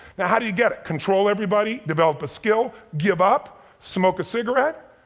now how do you get it? control everybody, develop a skill, give up, smoke a cigarette?